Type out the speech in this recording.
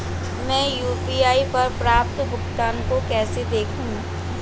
मैं यू.पी.आई पर प्राप्त भुगतान को कैसे देखूं?